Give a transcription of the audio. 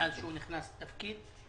מאז שהוא נכנס לתפקיד.